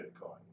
Bitcoin